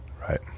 right